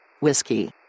Whiskey